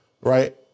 right